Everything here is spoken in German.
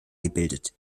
gebildet